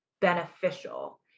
beneficial